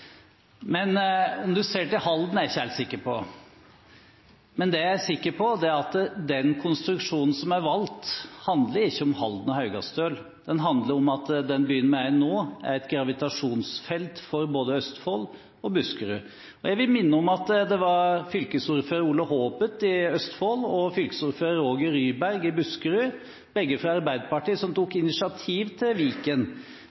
men om en ser til Halden, er jeg ikke helt sikker på. Det jeg er sikker på, er at den konstruksjonen som er valgt, handler ikke om Halden og Haugastøl. Den handler om at den byen vi er i nå, er et gravitasjonsfelt for både Østfold og Buskerud. Jeg vil minne om at det var fylkesordfører Ole Haabeth i Østfold og fylkesordfører Roger Ryberg i Buskerud, begge fra Arbeiderpartiet, som